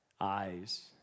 Eyes